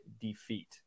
defeat